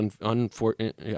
unfortunate